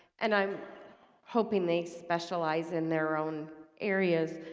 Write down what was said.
and um hoping they specialize in their own areas,